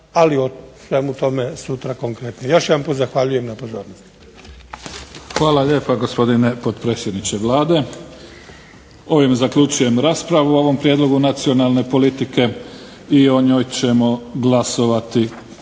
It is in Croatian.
ali o svemu tome sutra konkretnije. Još jedanput zahvaljujem na pozornosti.